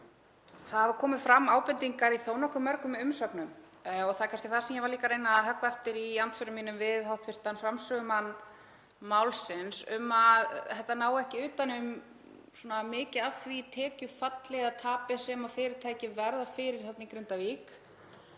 Það hafa komið fram ábendingar í þó nokkuð mörgum umsögnum, og það er kannski það sem ég var að leita eftir í andsvörum mínum við hv. framsögumann málsins, að málið nái ekki utan um svo mikið af því tekjufalli eða tapi sem fyrirtækin verða fyrir í Grindavík